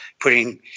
putting